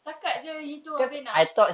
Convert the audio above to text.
setakat jer gitu habis nak